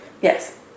Yes